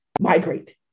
migrate